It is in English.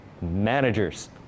managers